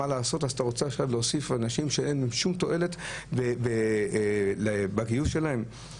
אז אתה רוצה להוסיף עכשיו אנשים שאין שום תועלת בגיוס שלהם?